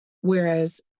Whereas